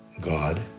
God